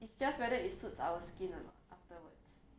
it's just whether it suits our skin or not afterwards